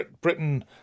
Britain